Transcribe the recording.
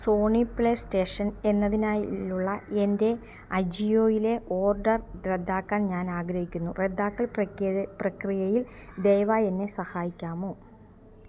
Sony PlayStation എന്നതിനായുള്ള എൻ്റെ അജിയോയിലെ ഓർഡർ റദ്ദാക്കാൻ ഞാൻ ആഗ്രഹിക്കുന്നു റദ്ദാക്കൽ പ്രക്രിയയിൽ ദയവായി എന്നെ സഹായിക്കാമോ